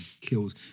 kills